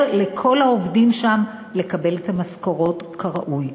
לכל העובדים שם לקבל את המשכורות כראוי.